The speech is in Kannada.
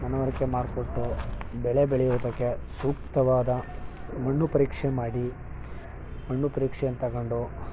ಮನವರಿಕೆ ಮಾಡಿಕೊಟ್ಟು ಬೆಳೆ ಬೆಳೆಯೋದಕ್ಕೆ ಸೂಕ್ತವಾದ ಮಣ್ಣು ಪರೀಕ್ಷೆ ಮಾಡಿ ಮಣ್ಣು ಪರೀಕ್ಷೆಯನ್ನು ತಗೊಂಡು